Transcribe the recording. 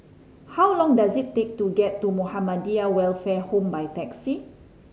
how long does it take to get to Muhammadiyah Welfare Home by taxi